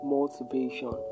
Motivation